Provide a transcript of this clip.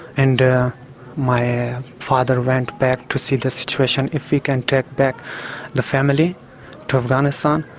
and my father went back to see the situation, if he can take back the family to afghanistan.